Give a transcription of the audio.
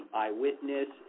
eyewitness